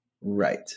right